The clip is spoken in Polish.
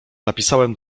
napisałem